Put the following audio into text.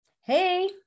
Hey